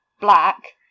black